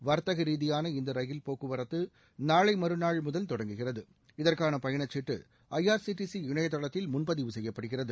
வர்த்தக ரீதியான இந்த ரயில் போக்குவரத்து நாளை மறுநாள் முதல் தொடங்குகிறது இதற்கான பயணச்சீட்டு ஐஆர்சிடிசி இணையதளத்தில் முன்பதிவு செய்யப்படுகிறது